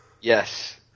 Yes